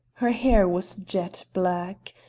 her hair was jet black.